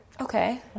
Okay